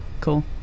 Cool